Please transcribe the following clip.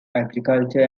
agriculture